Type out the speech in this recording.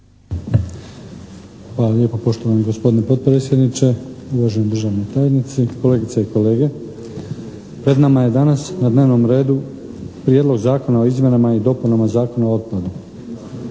Hvala lijepo, poštovani gospodine potpredsjedniče, uvaženi državni tajnici, kolegice i kolege. Pred nama je danas na dnevnom redu Prijedlog zakona o izmjenama i dopunama Zakona o otpadu.